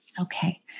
Okay